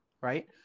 right